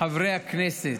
חברי הכנסת.